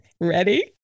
Ready